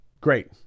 great